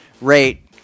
rate